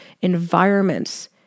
environments